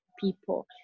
people